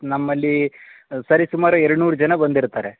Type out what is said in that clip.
ನಮ್ಮಲ್ಲಿ ಸರಿ ಸುಮಾರು ಎರಡು ನೂರು ಜನ ಬಂದಿರ್ತಾರೆ